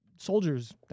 Soldiers